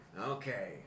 Okay